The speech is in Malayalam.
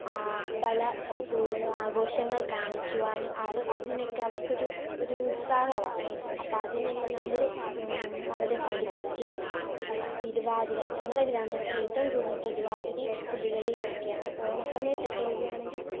ആ പല ആഘോഷങ്ങൾ കാണിക്കുവാനും അവർ അതിനൊക്കെ അവർക്ക് ഒരു ഒരു ഉത്സാഹവമാണ് അപ്പോൾ അതിനെല്ലാം നമ്മൾ അവരെ പഠിപ്പിക്കുകയും അത് തിരുവാതിര ഞങ്ങളുടെ ഗ്രാമത്തിൽ ഏറ്റവും കൂടുതൽ തിരുവാതിരയും പുലികളിയുമൊക്കെയാണ് ഓണ സമയത്തൊക്കെ വരുകയാണെങ്കിൽ